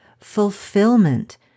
fulfillment